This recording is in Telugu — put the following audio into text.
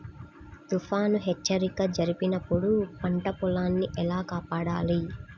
తుఫాను హెచ్చరిక జరిపినప్పుడు పంట పొలాన్ని ఎలా కాపాడాలి?